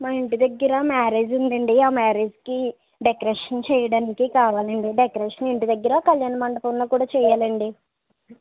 మా ఇంటి దగ్గర మ్యారేజ్ ఉండండి ఆ మ్యారేజ్ కి డెకరేషన్ చేయడానికి కావాలండి డెకరేషన్ ఇంటి దగ్గర కల్యాణ మండపంలో కూడా చెయ్యాలండి